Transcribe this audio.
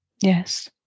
Yes